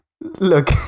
Look